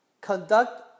Conduct